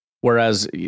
whereas